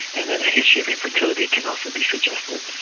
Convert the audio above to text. and then a history of infertility can often be suggested.